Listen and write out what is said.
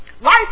Life